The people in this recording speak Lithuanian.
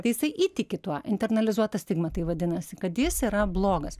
tai jisai įtiki tuo internalizuota stigma tai vadinasi kad jis yra blogas